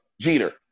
Jeter